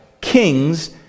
kings